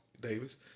Davis